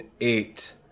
eight